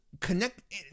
connect